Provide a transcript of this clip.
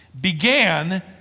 began